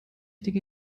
dinge